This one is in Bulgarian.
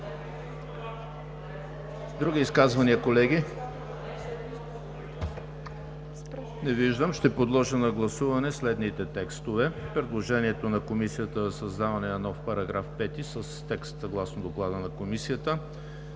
Други изказвания, колеги? Не виждам. Ще подложа на гласуване следните текстове: предложението на Комисията за създаване на нов § 5 с текст съгласно Доклада на Комисията;